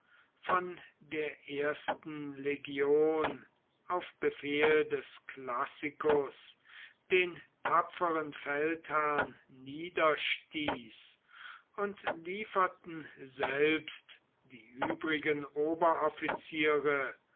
von der ersten legion auf befehl des classicus den tapferen feldherrn niederstieß und lieferten selbst die übrigen